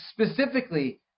specifically